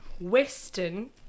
western